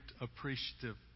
appreciative